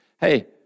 hey